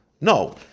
No